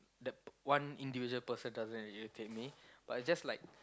the p~ one individual doesn't irritate me but it's just like